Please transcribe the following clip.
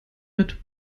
mit